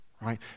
right